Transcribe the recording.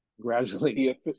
Gradually